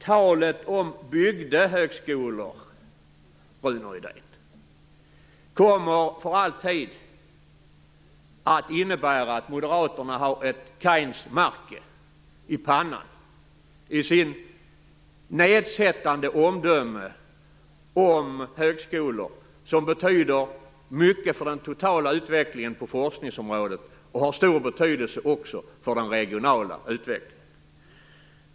Talet om bygdehögskolor, Rune Rydén, kommer att innebära att Moderaterna för alltid har ett kainsmärke i pannan för sitt nedsättande omdöme om högskolor som betyder mycket för den totala utvecklingen på forskningsområdet och för den regionala utvecklingen.